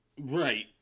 Right